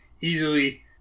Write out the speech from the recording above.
easily